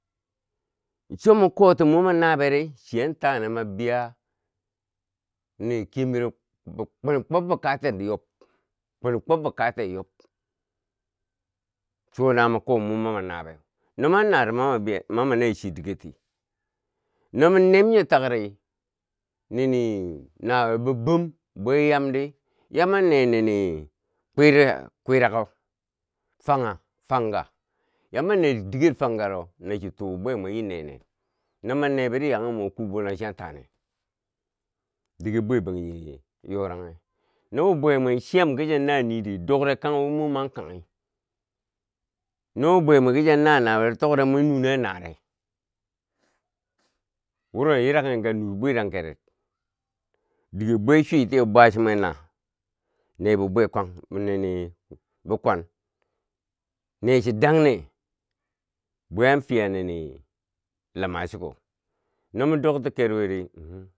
Cho mo kota mu ma na bere chi yan tanen mwa biya nini kemero kwini kwob bikate yob kwini kwob bi kate yob, chonawo muko muma na beu, no mwi mon na ri ma mo ne chi diket ti no mon nem nyo tak ri nini na wiye bo bom bwe yamdi ya mwan ne nini kwi rako fangha, fanga, ya mwan ne chi diget fangharo naci too bibwe mwe chi nenen no mwa nebo ri chi yaken ki kuu bolanghe chia taa nen dige bwe bangjighe yoranghe, nobi bwe mwa chiyam kicha na niri dokre kangwi mwi man kanghi, no bi bwe mwa ki cha na nawiye ri, tokre mwi nune a nare wuro yilaken ka nur bweran keret, dige bwe chiiw tiyeu bwa chi nen na ne bi bwa bi kwan, nini bikwan ne cho danne bwe an fiya nini luma chuko, no mo dok ti ker wiri,